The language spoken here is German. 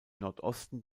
nordosten